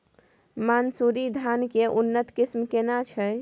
मानसुरी धान के उन्नत किस्म केना छै?